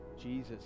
Jesus